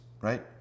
right